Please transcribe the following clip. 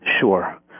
Sure